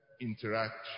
interaction